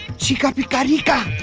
chika bika rika.